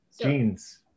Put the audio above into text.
jeans